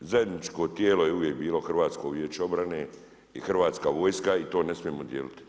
Također zajedničko tijelo je uvijek bilo Hrvatsko vijeće obrane i Hrvatska vojska i to ne smijemo dijeliti.